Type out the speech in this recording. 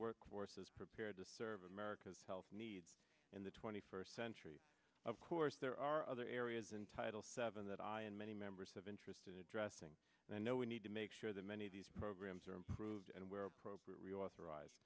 workforce is prepared to serve america's health needs in the twenty first century of course there are other areas in title seven that i and many members of interested in addressing and know we need to make sure that many of these programs are improved and where appropriate reauthorize